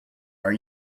are